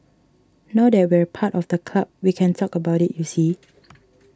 now that we're part of the club we can talk about you see